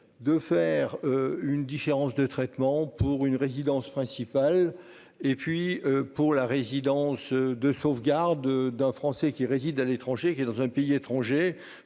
de faire une différence de traitement entre une résidence principale et la résidence de sauvegarde d'un Français qui réside à l'étranger, surtout lorsqu'il y a des